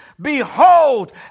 Behold